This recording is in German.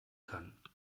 kann